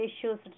issues